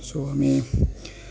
চ' আমি